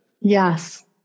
Yes